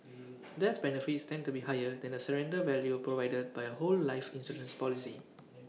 death benefits tend to be higher than the surrender value provided by A whole life insurance policy